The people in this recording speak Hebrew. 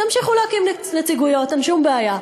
תמשיכו להקים נציגויות, אין שום בעיה.